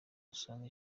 usanga